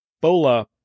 bola